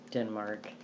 Denmark